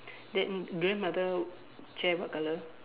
that grandmother chair what colour